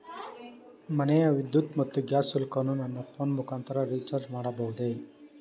ಮನೆಯ ವಿದ್ಯುತ್ ಮತ್ತು ಗ್ಯಾಸ್ ಶುಲ್ಕವನ್ನು ನನ್ನ ಫೋನ್ ಮುಖಾಂತರ ರಿಚಾರ್ಜ್ ಮಾಡಬಹುದೇ?